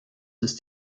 ist